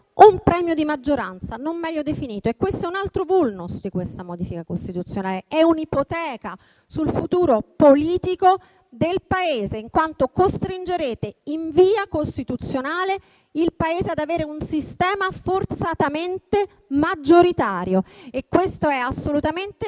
un premio di maggioranza non meglio definito e questo è un altro *vulnus* di questa modifica costituzionale, è un'ipoteca sul futuro politico del Paese, in quanto costringerete in via costituzionale il Paese ad avere un sistema forzatamente maggioritario e questa è assolutamente una